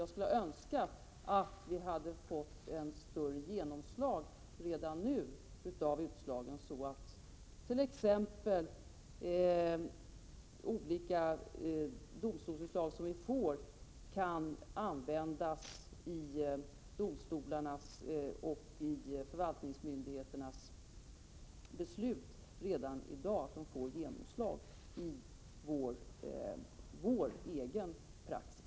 Jag skulle önska att de olika domstolsutslagen hade fått ett större genomslag redan nu, så att de t.ex. kunde användas vid domstolarnas och förvaltningsmyndigheternas beslut redan i dag och därigenom få genomslag i vår egen praxis.